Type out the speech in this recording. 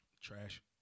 Trash